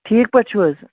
ٹھیٖک پٲٹھۍ چھو حظ